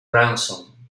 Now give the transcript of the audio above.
grandson